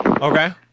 Okay